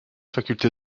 faculté